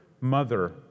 mother